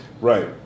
Right